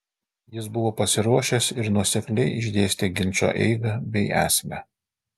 jis buvo pasiruošęs ir nuosekliai išdėstė ginčo eigą bei esmę